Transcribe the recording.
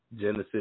Genesis